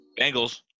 Bengals